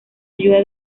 ayuda